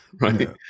right